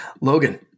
Logan